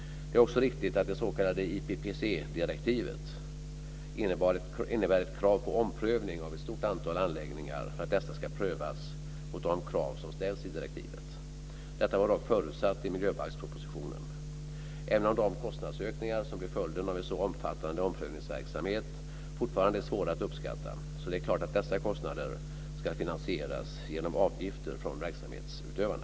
Det är också riktigt att det s.k. IPPC-direktivet om samordnade åtgärder för att förebygga och begränsa föroreningar) innebär ett krav på omprövning av ett stort antal anläggningar för att dessa ska prövas mot de krav som ställs i direktivet. Detta var dock förutsett i miljöbalkspropositionen. Även om den kostnadsökning som blir följden av en sådan omfattande omprövningsverksamhet fortfarande är svår att uppskatta är det klart att dessa kostnader ska finansieras genom avgifter från verksamhetsutövarna.